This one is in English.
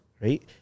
right